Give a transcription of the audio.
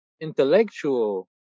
intellectual